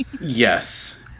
Yes